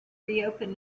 reopen